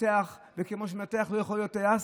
מנתח וכמו שמנתח לא יכול להיות טייס,